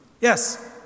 yes